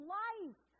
life